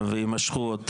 ויימשכו עוד,